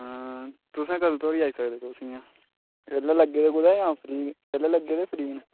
हां तुसें कदूं धोड़ी आई सकदे तुस इ'यां एल्लै लग्गे दे कुतै जां फ्री एल्लै लग्गै दे फ्री न